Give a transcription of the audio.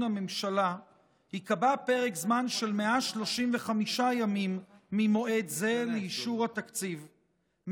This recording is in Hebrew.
הממשלה ייקבע פרק זמן של 135 ימים ממועד זה לאישור התקציב,